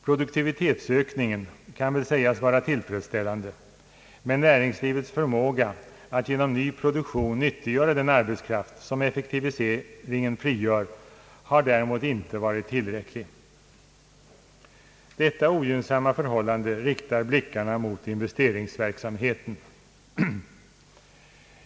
Produktivitetsökningen kan väl sägas vara tillfredsställande, men näringslivets förmåga att genom ny produktion nyttiggöra den arbetskraft som effektiviseringen frigör har däremot inte varit tillräcklig. Detta ogynnsamma förhållande riktar blickarna mot investeringsverksamheten.